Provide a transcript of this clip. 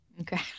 okay